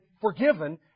forgiven